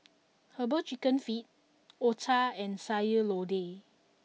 Herbal Chicken Feet Otah and Sayur Lodeh